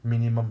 minimum